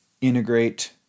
integrate